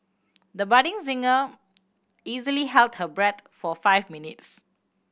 the budding singer easily held her breath for five minutes